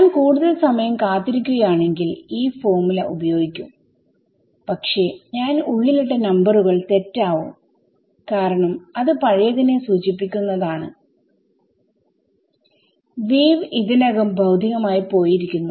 ഞാൻ കൂടുതൽ സമയം കാത്തിരിക്കുകയാണെങ്കിൽ ഈ ഫോർമുല ഉപയോഗിക്കും പക്ഷെ ഞാൻ ഉള്ളിൽ ഇട്ട നമ്പറുകൾ തെറ്റവും കാരണം അത് പഴയതിനെ സൂചിപ്പിക്കുന്നതാണ് വേവ് ഇതിനകം ഭൌതികമായി പോയിരിക്കുന്നു